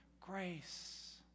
grace